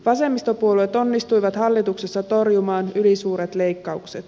vasemmistopuolueet onnistuivat hallituksessa torjumaan ylisuuret leikkaukset